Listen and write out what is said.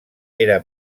era